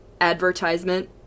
advertisement